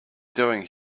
doing